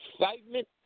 excitement